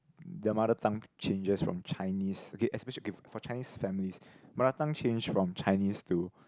their mother tongue changes from Chinese okay especially if for Chinese families mother tongue changes from Chinese to